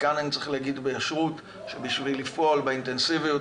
וכאן אני צריך להגיד ביושר בשביל לפעול באינטנסיביות